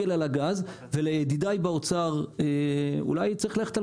ולידידיי באוצר אולי צריך ללכת על